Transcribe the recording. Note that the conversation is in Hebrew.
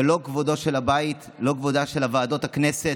זה לא כבודו של הבית, לא כבודן של ועדות הכנסת,